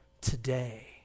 today